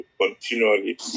continually